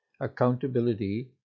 Accountability